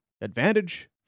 advantage